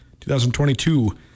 2022